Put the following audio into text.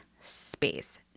space